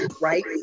right